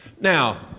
Now